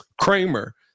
Kramer